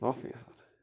professor